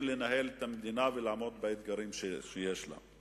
לנהל את המדינה ולעמוד באתגרים שיש לה.